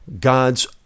God's